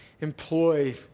employ